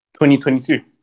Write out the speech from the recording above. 2022